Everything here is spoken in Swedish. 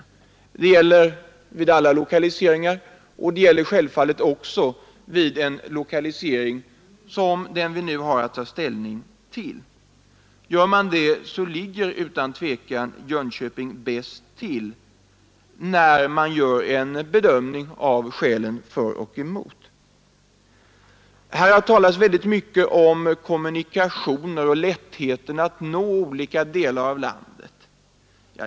Detta gäller vid alla lokaliseringar, och det gäller självfallet också vid en lokalisering som den vi nu har att ta ställning till. Gör man det, ligger utan tvekan Jönköping bäst till vid bedömningen av skälen för och emot. Här har talats mycket om kommunikationer och lättheten att nå olika delar av landet.